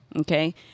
Okay